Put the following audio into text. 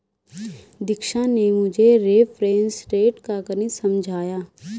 दीक्षा ने मुझे reference rate का गणित समझाया